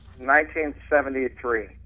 1973